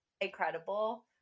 incredible